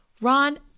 Ron